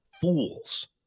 fools